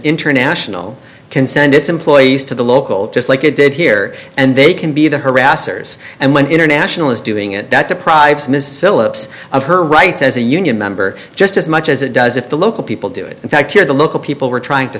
international can send its employees to the local just like it did here and they can be the harassers and when international is doing it that deprives mrs phillips of her rights as a union member just as much as it does if the local people do it in fact here the local people were trying to